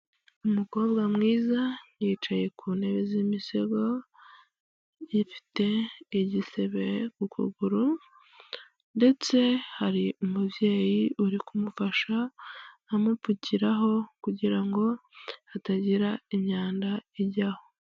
Umukobwa mwiza yicaye ku ntebe z'imisego ifite igisebe ukuguru, ndetse hari umubyeyi uri kumufasha amupfukiraho kugira ngo hatagira imyanda ijyaho.